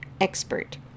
expert